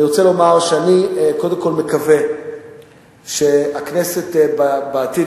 אני רוצה לומר שאני קודם כול מקווה שהכנסת בעתיד,